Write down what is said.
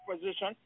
position